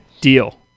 deal